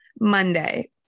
Monday